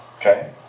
Okay